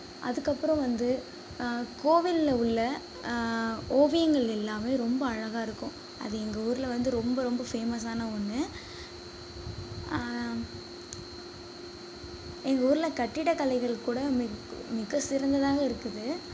அதுக்கப்புறம் வந்து கோவிலில் உள்ள ஓவியங்கள் எல்லாமே ரொம்ப அழகாக இருக்கும் அது எங்கே ஊரில் வந்து ரொம்ப ரொம்ப ஃபேமஸான ஒன்று எங்கள் ஊரில் கட்டிடக்கலைகள் கூட மிக மிக சிறந்ததாக இருக்குது